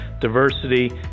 diversity